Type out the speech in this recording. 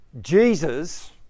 Jesus